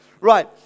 Right